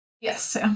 Yes